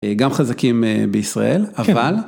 גם חזקים בישראל, אבל.